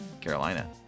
Carolina